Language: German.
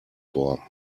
vor